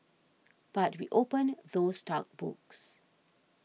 but we opened those dark books